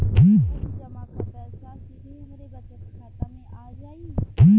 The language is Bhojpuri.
सावधि जमा क पैसा सीधे हमरे बचत खाता मे आ जाई?